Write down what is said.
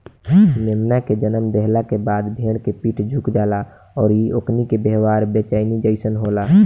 मेमना के जनम देहला के बाद भेड़ के पीठ झुक जाला अउरी ओकनी के व्यवहार बेचैनी जइसन होला